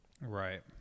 Right